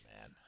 man